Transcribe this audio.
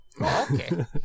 Okay